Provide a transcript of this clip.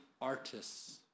artists